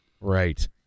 Right